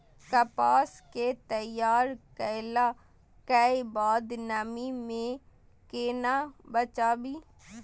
कपास के तैयार कैला कै बाद नमी से केना बचाबी?